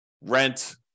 rent